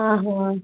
ହଁ ହଁ